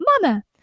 mama